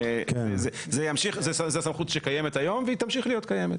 זאת סמכות שקיימת כיום והיא תמשיך להיות קיימת.